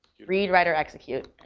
read, write, or execute?